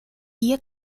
hier